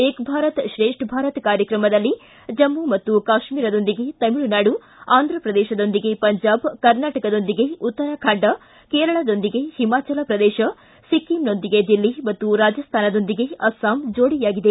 ಏಕ್ ಭಾರತ್ ಶ್ರೇಷ್ಠ ಭಾರತ್ ಕಾರ್ಯಕ್ರಮದಲ್ಲಿ ಜಮ್ಮ ಮತ್ತು ಕಾಶ್ಮೀರದೊಂದಿಗೆ ತಮಿಳುನಾಡು ಆಂಧ್ರಪ್ರದೇಶದೊಂದಿಗೆ ಪಂಜಾಬ್ ಕರ್ನಾಟಕದೊಂದಿಗೆ ಉತ್ತರಾಖಂಡ ಕೇರಳದೊಂದಿಗೆ ಹಿಮಾಚಲ ಪ್ರದೇಶ ಸಿಕ್ಕಿಂನೊಂದಿಗೆ ದಿಲ್ಲಿ ಮತ್ತು ರಾಜಸ್ಥಾನದೊಂದಿಗೆ ಅಸ್ಲಾಂ ಜೋಡಿಯಾಗಿದೆ